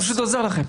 אני פשוט עוזר לכם.